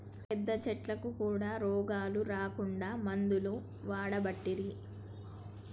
పెద్ద చెట్లకు కూడా రోగాలు రాకుండా మందులు వాడబట్టిరి